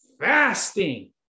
Fasting